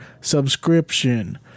subscription